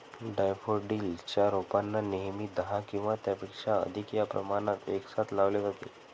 daffodils च्या रोपांना नेहमी दहा किंवा त्यापेक्षा अधिक या प्रमाणात एकसाथ लावले जाते